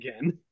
again